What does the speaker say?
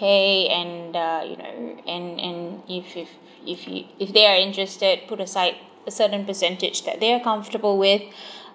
and uh you know and and if if if if if they are interested put aside a certain percentage that they are comfortable with